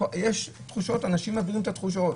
יש תחושות, אנשים מבהירים את התחושות.